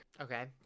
Okay